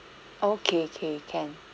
okay K can